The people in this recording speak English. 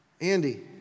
Andy